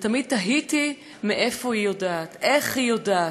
ותמיד תהיתי מאיפה היא יודעת, איך היא יודעת.